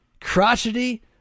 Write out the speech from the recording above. crotchety